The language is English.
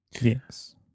yes